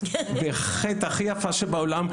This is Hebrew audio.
בח' הכי יפה שבעולם,